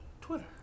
Twitter